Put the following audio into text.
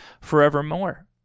forevermore